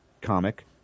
comic